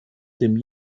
dem